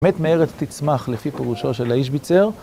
אמת מארץ תצמח, לפי פירושו של האישביצר.